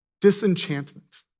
disenchantment